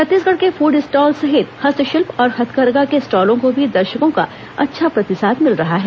छत्तीसगढ़ के food stall सहित हस्त शिल्प और हथकरघा के स्टालों को भी दर्शको का अच्छा प्रतिसाद मिल रहा है